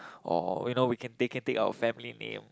or you know they can take our family name